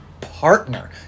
partner